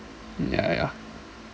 ya ya